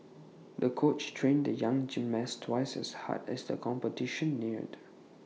the coach trained the young gymnast twice as hard as the competition neared